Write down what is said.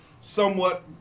somewhat